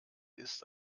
ist